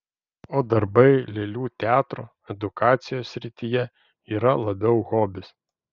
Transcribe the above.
o darbai lėlių teatro edukacijos srityje yra labiau hobis